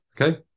Okay